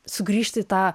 sugrįžti į tą